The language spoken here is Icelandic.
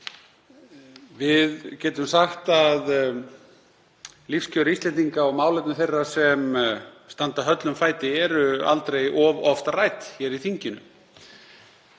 Við getum sagt að lífskjör Íslendinga og málefni þeirra sem standa höllum fæti séu aldrei of oft rædd hér í þinginu.